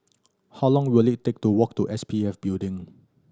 how long will it take to walk to S P F Building